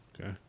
Okay